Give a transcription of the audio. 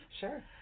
Sure